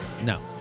No